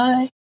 Bye